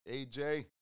AJ